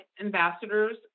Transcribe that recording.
Ambassadors